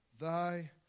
thy